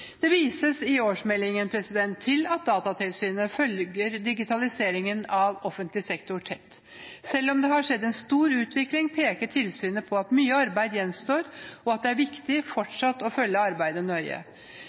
Det vises i meldingen til at Datatilsynet følger digitaliseringen av offentlig sektor tett. Selv om det har skjedd en stor utvikling, peker tilsynet på at mye arbeid gjenstår, og at det er viktig fortsatt å følge arbeidet nøye.